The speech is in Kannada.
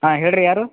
ಹಾಂ ಹೇಳಿ ರೀ ಯಾರು